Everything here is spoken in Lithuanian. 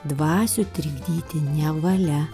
dvasių trikdyti nevalia